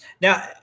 Now